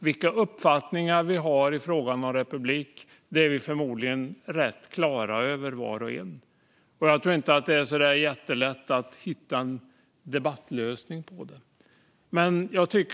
Vilka uppfattningar vi har i frågan om republik är vi förmodligen rätt klara över, var och en, och jag tror inte att det är jättelätt att hitta en debattlösning på det.